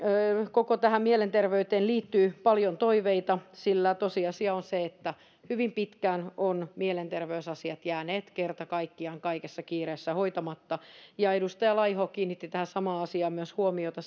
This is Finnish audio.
koko tähän mielenterveyteen liittyy paljon toiveita sillä tosiasia on se että hyvin pitkään ovat mielenterveysasiat jääneet kerta kaikkiaan kaikessa kiireessä hoitamatta edustaja laiho kiinnitti tähän samaan asiaan myös huomiota